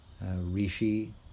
Rishi